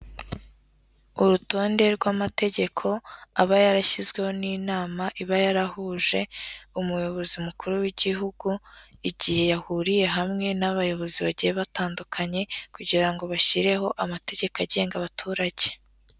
Urutonde rw'amategeko aba yarashyizweho n'inama iba yarahuje umuyobozi mukuru w'igihugu, igihe yahuriye hamwe n'abayobozi bagiye batandukanye, kugira ngo bashyireho amategeko agenga abaturage.